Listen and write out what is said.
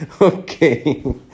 Okay